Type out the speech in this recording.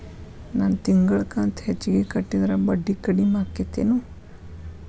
ನನ್ ತಿಂಗಳ ಕಂತ ಹೆಚ್ಚಿಗೆ ಕಟ್ಟಿದ್ರ ಬಡ್ಡಿ ಕಡಿಮಿ ಆಕ್ಕೆತೇನು?